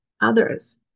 others